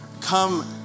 come